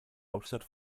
hauptstadt